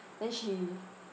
then she